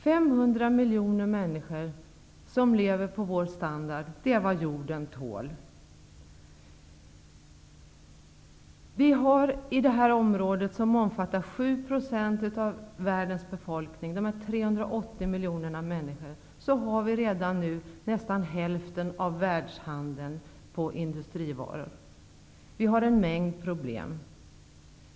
500 miljoner människor med samma levnadsstandard som vår är vad jorden tål. I det här aktuella området -- som omfattar 7 % av världens befolkning, 380 miljoner människor -- finns redan nu nästan hälften av världshandeln för industrivaror. Det finns en mängd problem.